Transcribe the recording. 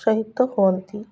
ସହିତ ହୁଅନ୍ତି